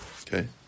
Okay